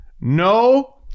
no